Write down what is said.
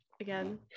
again